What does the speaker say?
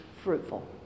fruitful